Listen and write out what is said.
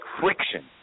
friction